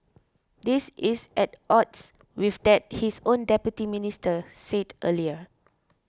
this is at odds with that his own Deputy Minister said earlier